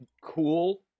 cool